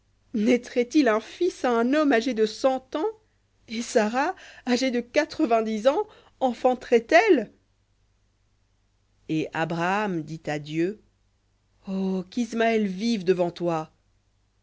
naîtrait il à un homme âgé de cent ans et sara âgée de quatre-vingt-dix ans enfanterait elle et abraham dit à dieu oh qu'ismaël vive devant toi